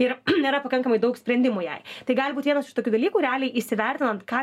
ir nėra pakankamai daug sprendimų jai tai gali būt vienas iš tokių dalykų realiai įsivertinant ką